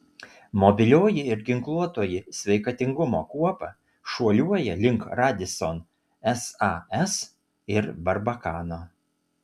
mobilioji ir ginkluotoji sveikatingumo kuopa šuoliuoja link radisson sas ir barbakano